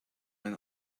when